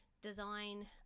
design